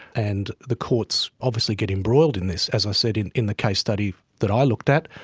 and the courts obviously get embroiled in this. as i said, in in the case study that i looked at,